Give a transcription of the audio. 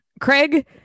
Craig